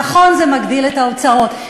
נכון, זה מגדיל את ההוצאות.